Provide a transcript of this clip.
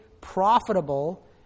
profitable